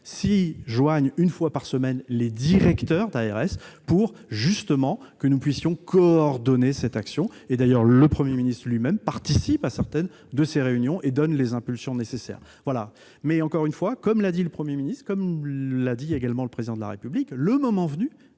à nous, une fois par semaine, les directeurs d'ARS justement pour nous permettre de coordonner cette action. D'ailleurs, le Premier ministre lui-même participe à certaines de ces réunions et donne les impulsions nécessaires. Comme l'a dit le Premier ministre, comme l'a également dit le Président de la République, le moment venu,